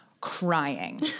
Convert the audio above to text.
crying